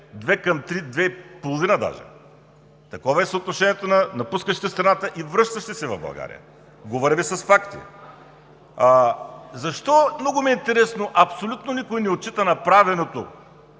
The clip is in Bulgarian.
2:3, даже 2,5:3. Такова е съотношението на напускащите страната и връщащите се в България. Говорим с факти! Защо, много ми е интересно, абсолютно никой не отчита направеното